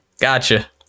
Gotcha